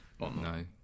No